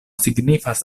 signifas